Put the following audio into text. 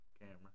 camera